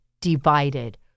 divided